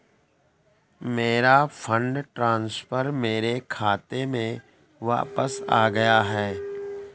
मेरा fund transfer मेरे खाते में वापस आ गया है